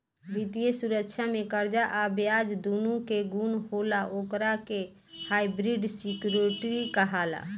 वित्तीय सुरक्षा में कर्जा आ ब्याज दूनो के गुण होला ओकरा के हाइब्रिड सिक्योरिटी कहाला